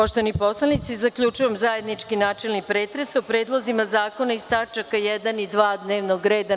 Poštovani poslanici, zaključujem zajednički načelni pretres o predlozima zakona iz tačaka 1. i 2. dnevnog reda.